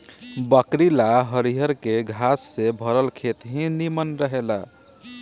बकरी ला हरियरके घास से भरल खेत ही निमन रहेला